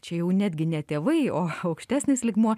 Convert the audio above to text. čia jau netgi ne tėvai o aukštesnis lygmuo